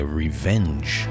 revenge